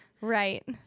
Right